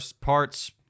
parts